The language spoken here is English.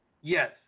Yes